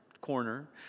corner